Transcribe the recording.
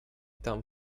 tam